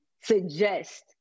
suggest